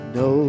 no